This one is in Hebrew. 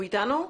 אני אתכם.